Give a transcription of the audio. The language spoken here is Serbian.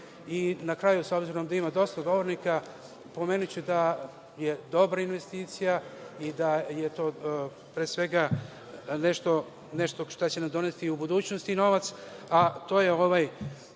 kraju, s obzirom da ima dosta govornika, pomenuću da je dobra investicija i da je to nešto što će nam doneti u budućnosti novac, a to je ovaj